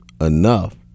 enough